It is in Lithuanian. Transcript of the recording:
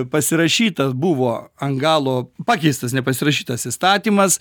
pasirašytas buvo ant galo pakeistas nepasirašytas įstatymas